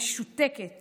משותקת